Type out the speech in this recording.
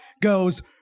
goes